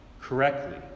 correctly